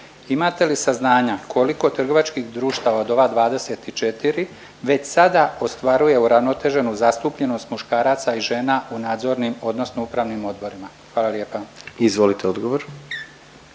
Imate li saznanja koliko trgovačkih društava od ova 24 već sada ostvaruje uravnoteženu zastupljenost muškaraca i žena u nadzornim odnosno upravnim odborima? Hvala lijepa. **Jandroković,